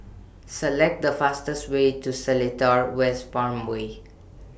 Select The fastest Way to Seletar West Farmway